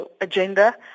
Agenda